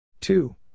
Two